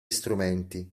strumenti